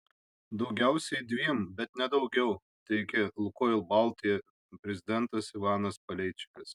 daugiausiai dviem bet ne daugiau teigė lukoil baltija prezidentas ivanas paleičikas